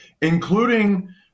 including